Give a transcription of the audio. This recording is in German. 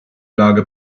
lage